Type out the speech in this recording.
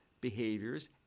behaviors